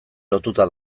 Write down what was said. lotuta